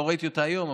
לא ראיתי אותה היום,